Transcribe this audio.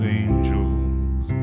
angels